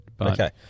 Okay